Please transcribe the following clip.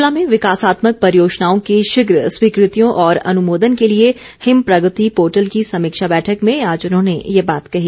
शिमला में विकासात्मक परियोजनाओं की शीघ्र स्वीकृतियों और अनुमोदन के लिए हिम प्रगति पोर्टल की समीक्षा बैठक में आज उन्होंने ये बात कही